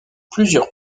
plusieurs